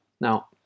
now